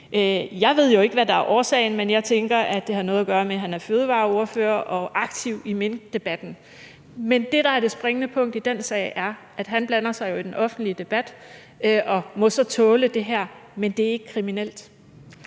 Jeg ved jo ikke, hvad der er årsagen, men jeg tænker, at det har noget at gøre med, at han er fødevareordfører og aktiv i minkdebatten. Men det, der er det springende punkt i den sag, er, at han jo blander sig i den offentlige debat og så må tåle det her, men det er ikke kriminelt,